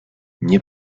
nie